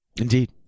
Indeed